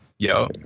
Yo